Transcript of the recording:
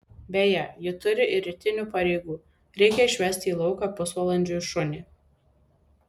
beje ji turi ir rytinių pareigų reikia išvesti į lauką pusvalandžiui šunį